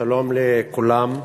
שלום לכולם,